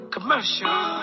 Commercial